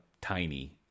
tiny